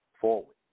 forward